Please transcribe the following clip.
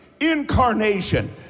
incarnation